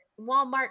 Walmart